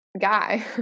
guy